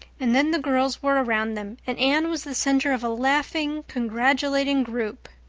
and then the girls were around them and anne was the center of a laughing, congratulating group.